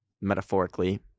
metaphorically